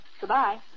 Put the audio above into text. Goodbye